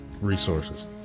resources